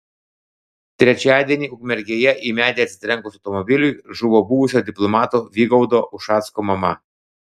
trečiadienį ukmergėje į medį atsitrenkus automobiliui žuvo buvusio diplomato vygaudo ušacko mama